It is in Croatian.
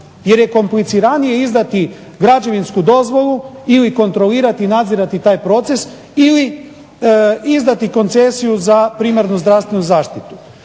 Jel je kompliciranije izdati građevinsku dozvolu ili kontrolirati i nadzirati taj proces ili izdati koncesiju za primarnu zdravstvenu zaštitu?